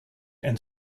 and